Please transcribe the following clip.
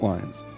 Lines